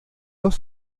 dos